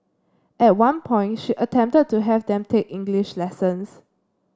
at one point she attempted to have them take English lessons